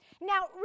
Now